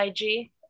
ig